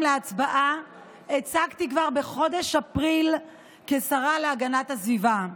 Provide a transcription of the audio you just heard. להצבעה הצגתי כבר בחודש אפריל כשרה להגנת הסביבה.